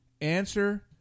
answer